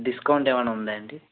discount ఏమైనా ఉందాండి